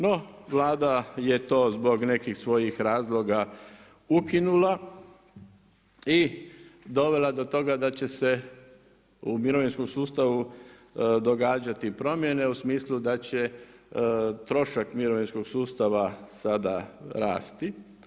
No Vlada je to zbog nekih svojih razloga ukinula i dovela do toga da će se u mirovinskom sustavu događati promjene u smislu da će trošak mirovinskog sustava sada rasti.